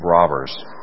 robbers